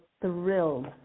thrilled